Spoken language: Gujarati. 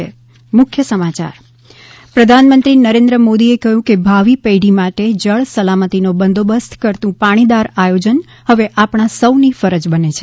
ઃ પ્રધાનમંત્રી નરેન્દ્ર મોદીએ કહ્યું કે ભાવિ પેઢી માટે જળ સલામતીનો બંદોબસ્ત કરતું પાણીદાર આયોજન હવે આપણાં સૌની ફરજ બને છે